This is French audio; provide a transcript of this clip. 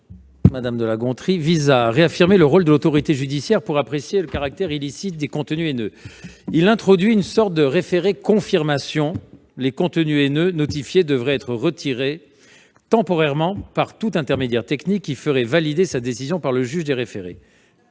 Mme de la Gontrie vise à réaffirmer le rôle de l'autorité judiciaire pour apprécier le caractère illicite des contenus haineux. Il s'agit d'introduire une sorte de référé-confirmation : les contenus haineux notifiés devraient être retirés temporairement par tout intermédiaire technique, lequel ferait valider sa décision par le juge des référés.